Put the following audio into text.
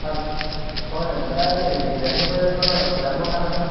hello হয় দাদা এই পিতাম্বৰ দা হয়নে